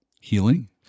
healing